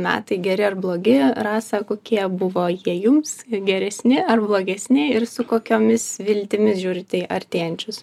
metai geri ar blogi rasa kokie buvo jie jums geresni ar blogesni ir su kokiomis viltimis žiūrite artėjančius